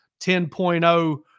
10.0